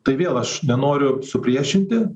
tai vėl aš nenoriu supriešinti